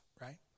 right